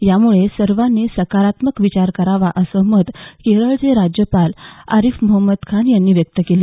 त्यामुळे सर्वांनी सकारात्मक विचार करावा असं मत केरळचे राज्यपाल आरिफ मोहम्मद खान यांनी व्यक्त केलं